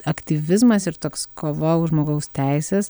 aktyvizmas ir toks kova už žmogaus teises